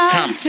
Come